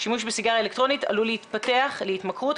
שימוש בסיגריה אלקטרונית עלול להתפתח להתמכרות,